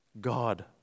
God